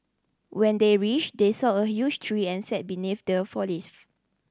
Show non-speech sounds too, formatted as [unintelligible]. when they reached they saw a huge tree and sat beneath the [unintelligible]